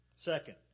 Second